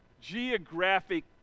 geographic